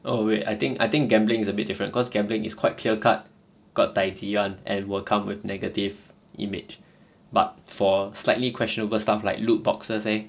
oh wait I think I think gambling is a bit different cause gambling is quite clear cut got dai ji [one] and will come with negative image but for slightly questionable stuff like loot boxes eh